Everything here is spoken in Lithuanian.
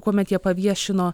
kuomet jie paviešino